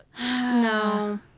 no